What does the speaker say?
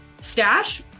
stash